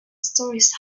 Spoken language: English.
stories